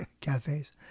cafes